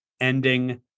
ending